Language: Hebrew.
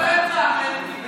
מכות רצח הילד קיבל.